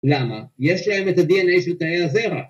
למה? יש להם את ה-DNA של תאי הזרע